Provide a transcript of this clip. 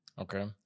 Okay